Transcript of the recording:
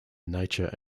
nature